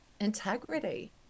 Integrity